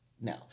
no